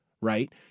right